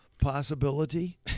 possibility